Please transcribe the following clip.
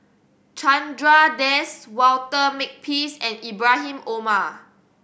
Chandra Das Walter Makepeace and Ibrahim Omar